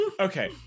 Okay